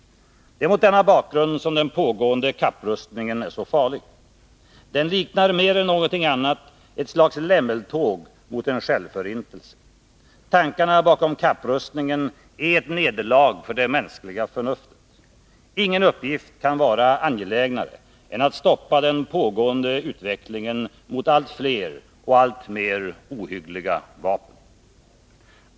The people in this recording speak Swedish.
Det är mot denna bakgrund som den pågående kapprustningen är så farlig. Den liknar mer än någonting annat ett slags lämmeltåg mot en självförintelse. Tankarna bakom kapprustningen är ett nederlag för det mänskliga förnuftet. Ingen uppgift kan vara angelägnare än att stoppa den pågående utvecklingen mot allt fler och alltmer ohyggliga vapen.